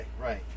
right